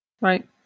Right